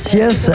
yes